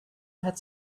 had